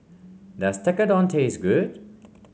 does Tekkadon taste good